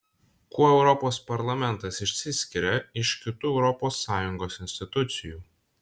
kuo europos parlamentas išsiskiria iš kitų europos sąjungos institucijų